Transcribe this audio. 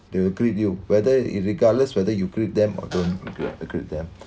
they will greet you whether it regardless whether you greet them or don't uh greet them